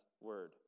word